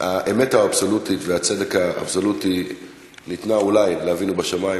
האמת האבסולוטית והצדק האבסולוטי ניתנו אולי לאבינו בשמים,